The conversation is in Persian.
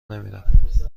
نمیرم